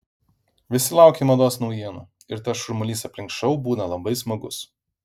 visi laukia mados naujienų ir tas šurmulys aplink šou būna labai smagus